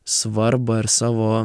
svarbą ir savo